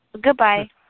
Goodbye